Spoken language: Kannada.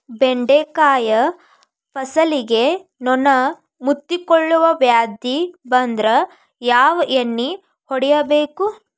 ಬೆಂಡೆಕಾಯ ಫಸಲಿಗೆ ನೊಣ ಮುತ್ತಿಕೊಳ್ಳುವ ವ್ಯಾಧಿ ಬಂದ್ರ ಯಾವ ಎಣ್ಣಿ ಹೊಡಿಯಬೇಕು?